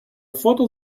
фото